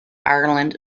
ireland